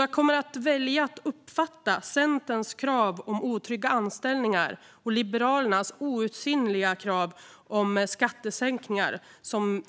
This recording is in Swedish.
Jag kommer att välja att uppfatta Centerns krav på otrygga anställningar och Liberalernas outsinliga krav på skattesänkningar